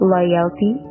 Loyalty